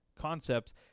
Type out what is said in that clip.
concepts